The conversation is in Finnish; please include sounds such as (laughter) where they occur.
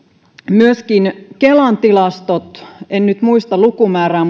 myöskin kelan tilastoissa en nyt muista lukumäärää (unintelligible)